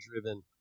driven